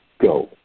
go